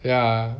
ya